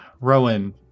Rowan